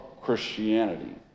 Christianity